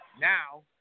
Now